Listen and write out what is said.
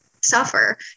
suffer